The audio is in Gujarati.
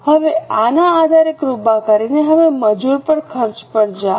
હવે આના આધારે કૃપા કરીને હવે મજૂર ખર્ચ પર જાઓ